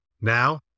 Now